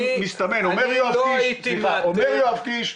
אומר יואב קיש,